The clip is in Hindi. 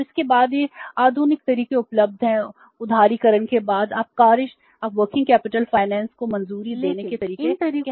और इसके बाद यह आधुनिक तरीके उपलब्ध हैं उदारीकरण के बाद आप कार्यशील पूंजी वित्त को मंजूरी देने के तरीके कह सकते हैं